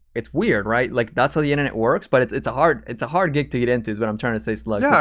it's weird, right? like that's how the internet works but it's it's a hard it's a hard gig to get into is what i'm trying to say, slug s yeah,